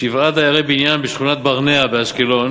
שבעה דיירי בניין בשכונת-ברנע באשקלון